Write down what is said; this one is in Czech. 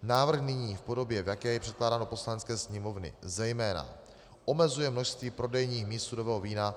Návrh nyní v podobě, v jaké je předkládán do Poslanecké sněmovny, zejména omezuje množství prodejních míst sudového vína.